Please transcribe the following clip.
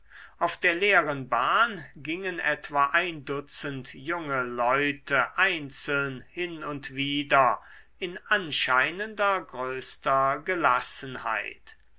auf der leeren bahn gingen etwa ein dutzend junge leute einzeln hin und wider in anscheinender größter gelassenheit